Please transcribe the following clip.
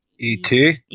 ET